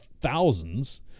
thousands